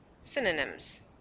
synonyms